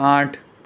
આઠ